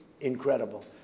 incredible